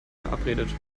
verabredet